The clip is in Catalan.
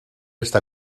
està